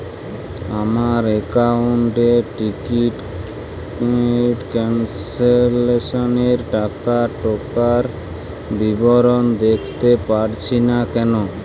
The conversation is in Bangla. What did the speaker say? আমার একাউন্ট এ টিকিট ক্যান্সেলেশন এর টাকা ঢোকার বিবরণ দেখতে পাচ্ছি না কেন?